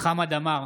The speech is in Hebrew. חמד עמאר,